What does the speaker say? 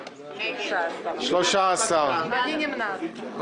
13. אני נמנעת.